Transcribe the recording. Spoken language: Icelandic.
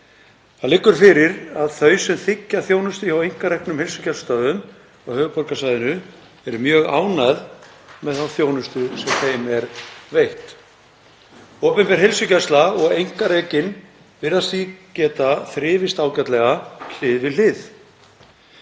Það liggur fyrir að þau sem þiggja þjónustu hjá einkareknum heilsugæslustöðvum á höfuðborgarsvæðinu eru mjög ánægð með þá þjónustu sem þeim er veitt. Opinber heilsugæsla og einkarekin virðast því geta þrifist ágætlega hlið við